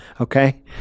Okay